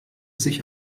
sich